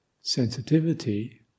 sensitivity